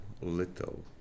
little